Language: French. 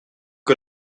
que